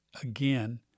again